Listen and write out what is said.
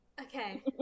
Okay